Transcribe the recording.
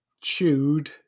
chewed